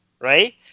right